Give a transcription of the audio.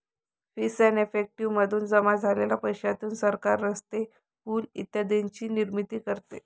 fees and effective मधून जमा झालेल्या पैशातून सरकार रस्ते, पूल इत्यादींची निर्मिती करते